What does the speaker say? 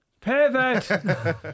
pivot